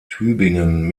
tübingen